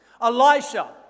Elisha